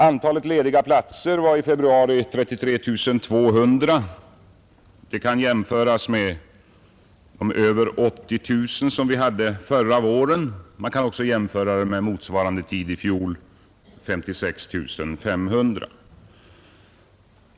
Antalet lediga platser var i februari 33 200. Denna siffra kan jämföras med de över 80 000 lediga platser som vi hade förra våren. Man kan också jämföra den med siffran för motsvarande tid i fjol, som var 56 500.